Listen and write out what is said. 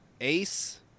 Ace